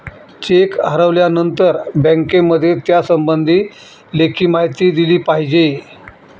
check हरवल्यानंतर बँकेमध्ये त्यासंबंधी लेखी माहिती दिली पाहिजे